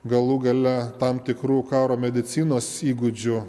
galų gale tam tikrų karo medicinos įgūdžių